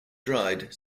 dried